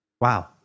wow